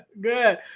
Good